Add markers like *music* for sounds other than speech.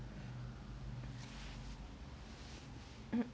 *coughs*